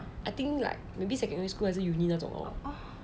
I think like maybe secondary school 还是 uni 那种 lor